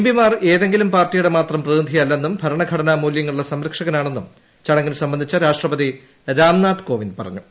പിമാർ ഏതെങ്കിലും പാർട്ടിയുടെ മാത്രം പ്രതിനിധിയല്ലെന്നും ഭരണഘടനാമൂലൃങ്ങളുടെ സംരക്ഷകനാണെന്നും ചടങ്ങിൽ സംബന്ധിച്ച രാഷ്ട്രപതി രാംനാഥ് കോവിന്ദ് പറഞ്ഞു